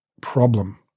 problem